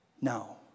No